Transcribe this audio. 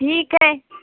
ٹھیک ہے